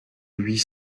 huit